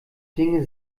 dinge